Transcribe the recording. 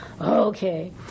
okay